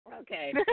Okay